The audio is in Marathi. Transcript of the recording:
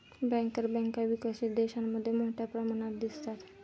बँकर बँका विकसित देशांमध्ये मोठ्या प्रमाणात दिसतात